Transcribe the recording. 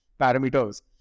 parameters